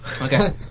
Okay